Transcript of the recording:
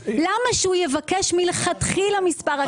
למה שהוא יבקש מלכתחילה מספר הקצאה?